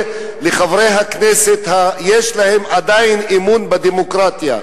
לחברי הכנסת שיש להם אמון בדמוקרטיה,